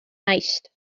naist